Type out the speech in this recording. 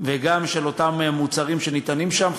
וגם של אותם מוצרים שניתנים שם,